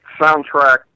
soundtrack